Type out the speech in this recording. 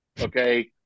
okay